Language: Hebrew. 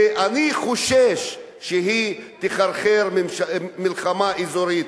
שאני חושש שהיא תחרחר מלחמה אזורית,